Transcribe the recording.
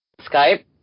Skype